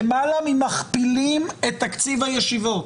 למעלה ממכפילים את תקציב הישיבות,